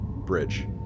Bridge